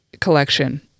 collection